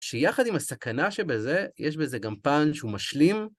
שיחד עם הסכנה שבזה, יש בזה גם פאנץ'. הוא משלים.